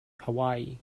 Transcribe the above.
hawaii